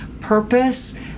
purpose